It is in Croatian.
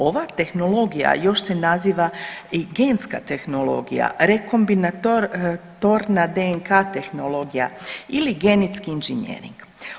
Ova tehnologija još se naziva i genska tehnologija rekombinatorna DNK tehnologija ili genetski inženjering.